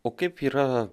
o kaip yra